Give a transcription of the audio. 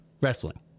Wrestling